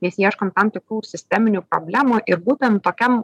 nes ieškom tam tikrų sisteminių problemų ir būtent tokiam